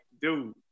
dude